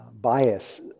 bias